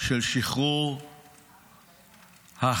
של שחרור החטופים.